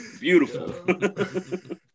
beautiful